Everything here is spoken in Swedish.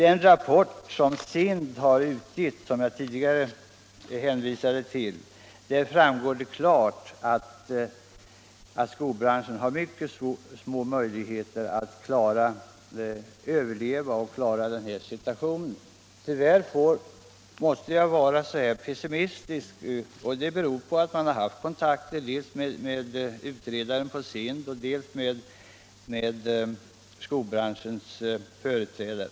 Av rapporten från SIND framgår klart att skobranschen har mycket små möjligheter att överleva i nuvarande situation. Tyvärr måste jag vara så här pessimistisk, och anledningen till detta är att jag har haft kontakter dels med utredaren, dels med skobranschens företrädare.